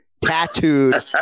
tattooed